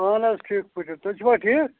اہَن حظ ٹھیٖک پٲٹھی تُہۍ چھُوا ٹھیٖک